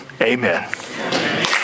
Amen